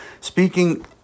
speaking